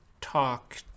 talk